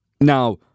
Now